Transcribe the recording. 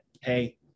hey